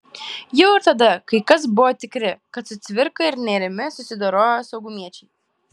jau ir tada kai kas buvo tikri kad su cvirka ir nėrimi susidorojo saugumiečiai